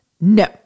No